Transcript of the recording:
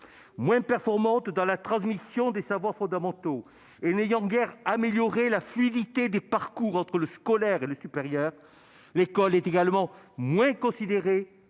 Moins performante dans la transmission des savoirs fondamentaux, et n'ayant guère amélioré la fluidité des parcours entre le scolaire et le supérieur, l'école est également moins considérée,